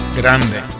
grande